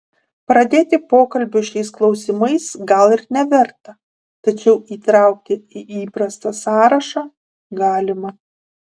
pradėti pokalbio šiais klausimais gal ir neverta tačiau įtraukti į įprastą sąrašą galima